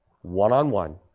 one-on-one